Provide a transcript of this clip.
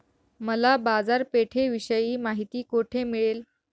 मला बाजारपेठेविषयी माहिती कोठे मिळेल?